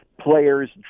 players